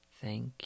thank